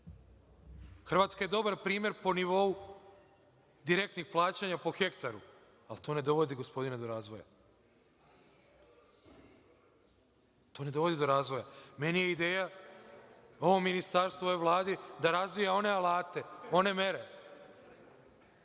„sr“.Hrvatska je dobar primer po nivou direktnih plaćanja po hektaru, ali to ne dovodi, gospodine, do razvoja. To ne dovodi do razvoja. Meni je ideja, ovom ministarstvu, ovoj Vladi, da razvija one alate, one mere